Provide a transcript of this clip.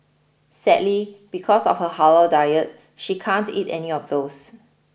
sadly because of her halal diet she can't eat any of those